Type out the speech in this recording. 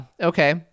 Okay